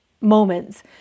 moments